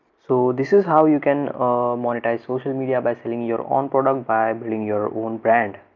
so this is how you can monetize social media by selling your own product by billing your own brand.